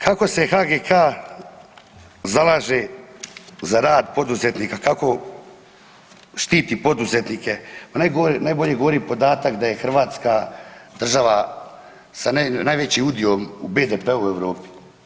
Kako se HGK-a zalaže za rad poduzetnika, kako štiti poduzetnike najbolje govori podatak da je Hrvatska država sa najvećim udjelom u BDP-u u Europi.